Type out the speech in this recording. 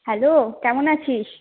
hello কেমন আছিস